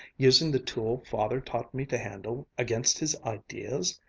using the tool father taught me to handle, against his ideas!